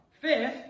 Fifth